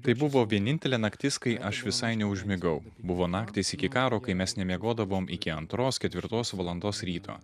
tai buvo vienintelė naktis kai aš visai neužmigau buvo naktys iki karo kai mes nemiegodavom iki antros ketvirtos valandos ryto